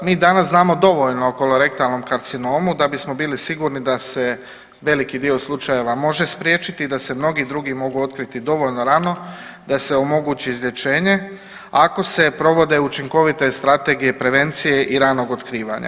Mi danas znamo dovoljno o kolorektalnom karcinomu da bismo bili sigurni da se veliki dio slučajeva može spriječiti i da se mnogi drugi mogu otkriti dovoljno rano da se omogući izlječenje ako se provode učinkovite strategije prevencije i ranog otkrivanja.